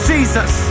Jesus